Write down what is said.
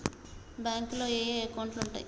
బ్యాంకులో ఏయే అకౌంట్లు ఉంటయ్?